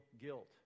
guilt